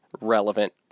relevant